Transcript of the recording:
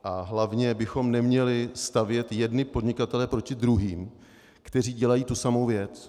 A hlavně bychom neměli stavět jedny podnikatele proti druhým, kteří dělají tu samou věc.